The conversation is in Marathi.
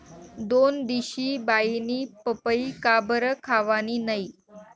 दोनदिशी बाईनी पपई काबरं खावानी नै